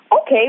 Okay